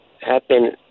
happen